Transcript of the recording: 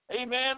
Amen